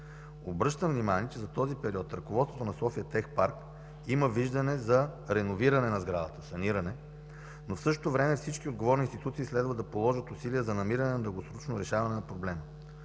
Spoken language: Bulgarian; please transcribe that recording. Обръщам внимание, че за този период ръководството на „София тех парк” има виждането за реновиране, саниране на сградата, но в същото време всички отговорни институции следва да положат усилия за намиране на многогодишно решаване на проблема.